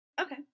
Okay